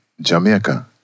Jamaica